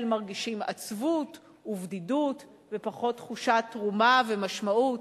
מרגישים עצבות ובדידות ופחות תחושת תרומה ומשמעות,